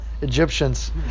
Egyptians